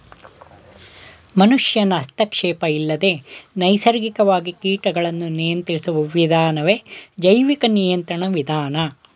ಮನುಷ್ಯನ ಹಸ್ತಕ್ಷೇಪ ಇಲ್ಲದೆ ನೈಸರ್ಗಿಕವಾಗಿ ಕೀಟಗಳನ್ನು ನಿಯಂತ್ರಿಸುವ ವಿಧಾನವೇ ಜೈವಿಕ ನಿಯಂತ್ರಣ ವಿಧಾನ